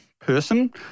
person